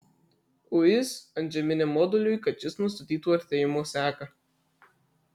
uis antžeminiam moduliui kad šis nustatytų artėjimo seką